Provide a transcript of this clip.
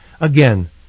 Again